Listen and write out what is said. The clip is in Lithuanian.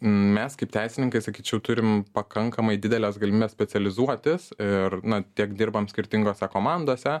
mes kaip teisininkai sakyčiau turime pakankamai dideles galimybes specializuotis ir na tiek dirbam skirtingose komandose